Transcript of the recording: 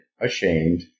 ashamed